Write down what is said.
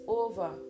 over